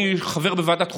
אני חבר בוועדת החוקה,